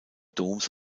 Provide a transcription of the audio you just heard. doms